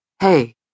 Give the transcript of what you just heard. Hey